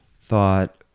thought